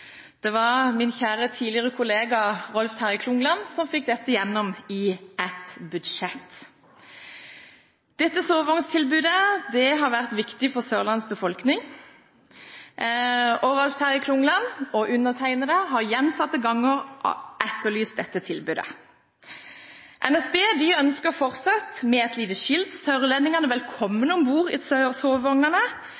Det var min kjære, tidligere kollega Rolf Terje Klungland som fikk dette gjennom i et budsjett. Dette sovevogntilbudet har vært viktig for Sørlandets befolkning. Rolf Terje Klungland og undertegnede har gjentatte ganger etterlyst dette tilbudet. NSB ønsker fortsatt med et lite skilt sørlendingene